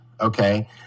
okay